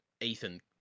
Ethan